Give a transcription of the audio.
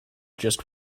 just